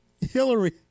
Hillary